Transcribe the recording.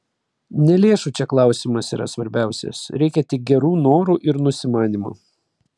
ne lėšų čia klausimas yra svarbiausias reikia tik gerų norų ir nusimanymo